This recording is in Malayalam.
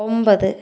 ഒമ്പത്